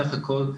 בסך הכל,